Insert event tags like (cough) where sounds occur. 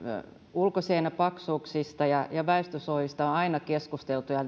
ulkoseinäpaksuuksista ja ja väestönsuojista on aina keskusteltu ja (unintelligible)